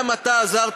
גם אתה עזרת,